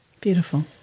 Beautiful